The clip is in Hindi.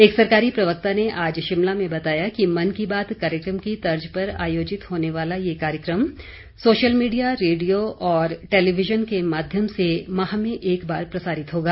एक सरकारी प्रवक्ता ने आज शिमला में बताया कि मन की बात कार्यक्रम की तर्ज पर आयोजित होने वाला ये कार्यक्रम सोशल मीडिया रेडियो और टेलीविजन के माध्यम से माह में एक बार प्रसारित होगा